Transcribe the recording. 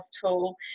tool